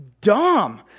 dumb